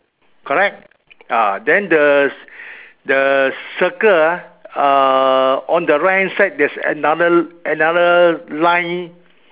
correct ah then the the circle ah uh on the right hand side there's another another line